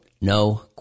no